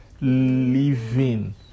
Living